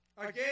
Again